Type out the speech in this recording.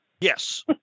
Yes